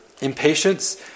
impatience